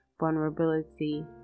vulnerability